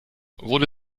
wurde